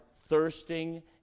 thirsting